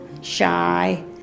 shy